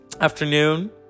Afternoon